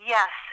Yes